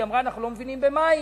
היא אמרה: אנחנו לא מבינים במים.